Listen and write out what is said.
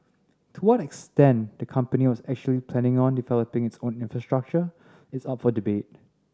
to what extent the company was actually planning on developing its own infrastructure is up for debate